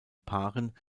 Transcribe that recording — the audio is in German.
paaren